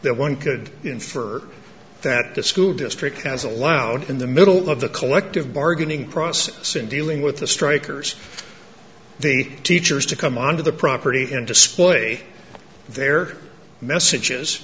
that one could infer that the school district has allowed in the middle of the collective bargaining process in dealing with the strikers the teachers to come onto the property and display their messages